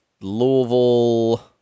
Louisville